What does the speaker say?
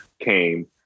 came